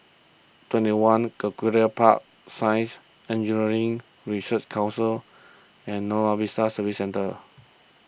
twenty one Angullia Park Science Engineering Research Council and Buona Vista Service Centre